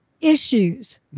issues